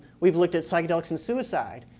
we've looked at psychedelics and suicide.